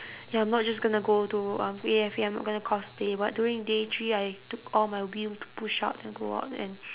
ya I'm not just gonna go to um A_F_A I'm not going to cosplay but during day three I took all my will to push out to go out and